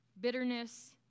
bitterness